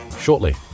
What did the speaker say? shortly